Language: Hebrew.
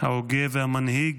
ההוגה והמנהיג,